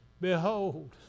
Behold